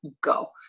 go